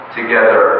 together